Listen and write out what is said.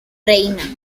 reina